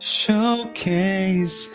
Showcase